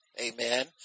amen